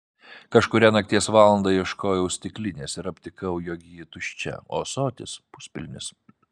kažkurią nakties valandą ieškojau stiklinės ir aptikau jog ji tuščia o ąsotis puspilnis